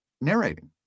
narrating